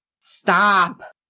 stop